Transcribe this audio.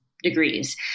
Degrees